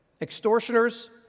extortioners